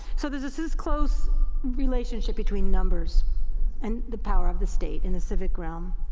so there's this this close relationship between numbers and the power of the state in the civic realm.